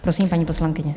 Prosím, paní poslankyně.